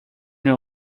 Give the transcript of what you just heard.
your